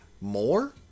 more